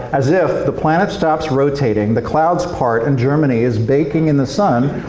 as if the planet stops rotating, the clouds part, and germany is baking in the sun.